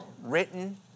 Written